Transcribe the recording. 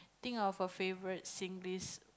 think of a favourite Singlish